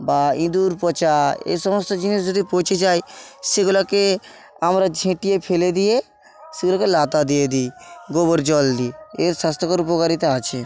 বা ইঁদুর পচা এসমস্ত জিনিস যদি পচে যায় সেগুলোকে আমরা ঝেঁটিয়ে ফেলে দিয়ে সেগুলোকে ন্যাতা দিয়ে দিই গোবর জল দিয়ে এর স্বাস্থ্যকর উপকারিতা আছে